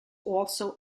also